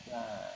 uh